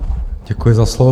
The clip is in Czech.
Děkuji za slovo.